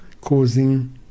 causing